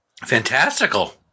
Fantastical